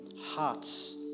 hearts